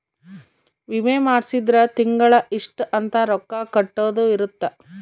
ವಿಮೆ ಮಾಡ್ಸಿದ್ರ ತಿಂಗಳ ಇಷ್ಟ ಅಂತ ರೊಕ್ಕ ಕಟ್ಟೊದ ಇರುತ್ತ